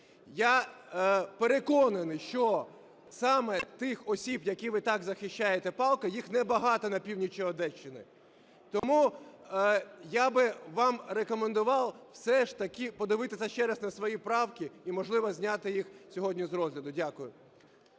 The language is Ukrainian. Я переконаний, що саме тих осіб, яких ви так захищаєте палко, їх небагато на півночі Одещини. Тому я би вам рекомендувати все ж таки подивитися ще раз на свої правки і, можливо, зняти їх сьогодні з розгляду. Дякую.